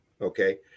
okay